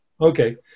Okay